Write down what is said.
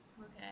Okay